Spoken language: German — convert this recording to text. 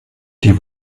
die